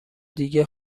دیگه